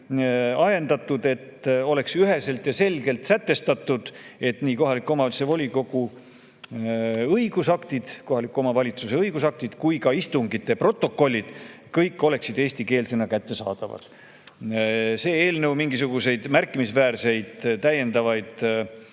ajendatud, et oleks üheselt ja selgelt sätestatud, et nii kohaliku omavalitsuse volikogu õigusaktid kui ka istungite protokollid oleksid kõik eestikeelsena kättesaadavad. Eelnõu mingisuguseid märkimisväärseid täiendavaid